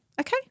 Okay